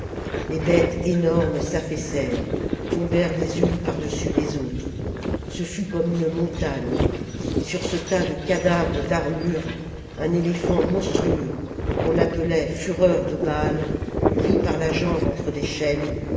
les bêtes énormes s'affaissèrent tombèrent les unes par-dessus les autres ce fut comme une montagne et sur ce tas de cadavres et d'armures un éléphant monstrueux qu'on appelait fureur de baal pris par la jambe entre des chaînes